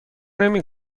نمی